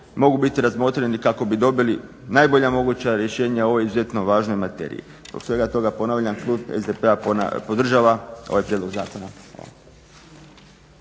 mogu biti razmotreni kako bi dobili najbolja moguća rješenja o ovoj izuzetno važnoj materiji. Zbog svega toga ponavljam, klub SDP-a podržava ovaj prijedlog zakona.